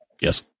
Yes